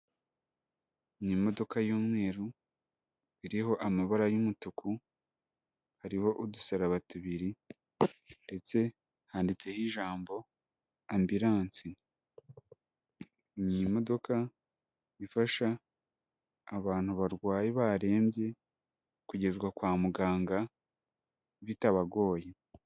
Ni imodokaka y'umweru iriho amabara y'umutuku, hariho udusaraba tubiri ndetse handitseho ijambo ambiransi, ni imodoka ifasha abantu barwaye barembye kugezwa kwa muganga bitabagoye.